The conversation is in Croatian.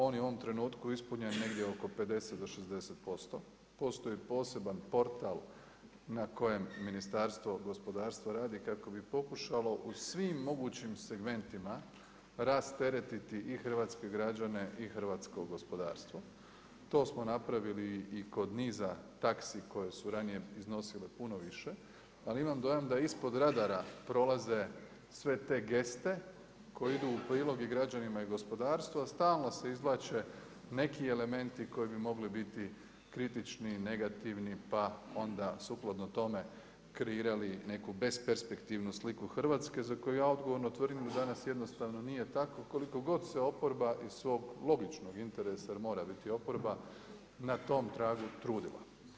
On je u ovom trenutku ispunjen negdje oko 50 do 60%, postoji poseban portal na kojem Ministarstvo gospodarstva radi kako bi pokušalo u svim mogućim segmentima rasteretiti i hrvatske građane i hrvatsko gospodarstvo, to smo napravili i kod niza taksi koje su ranije iznosile puno više, ali imam dojam da ispod radara prolaze sve te geste koje idu u prilog i građanima i gospodarstvu, a stalno se izvlače neki elementi koji bi mogli biti kritični, negativni pa onda sukladno tome kreirali neku besperspektivnu sliku Hrvatske za koju ja odgovorno tvrdim da danas jednostavno nije tako, koliko god se oporba iz svog logičnog interesa jer mora biti oporba, na tom tragu trudila.